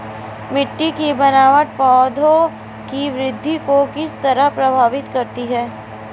मिटटी की बनावट पौधों की वृद्धि को किस तरह प्रभावित करती है?